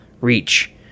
Reach